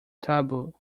taboo